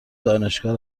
دانشگاه